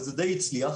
וזה דיי הצליח,